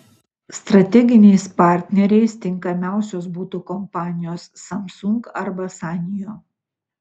strateginiais partneriais tinkamiausios būtų kompanijos samsung arba sanyo